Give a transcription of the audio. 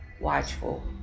watchful